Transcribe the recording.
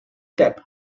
step